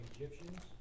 Egyptians